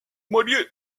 marié